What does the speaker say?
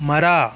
ಮರ